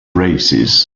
races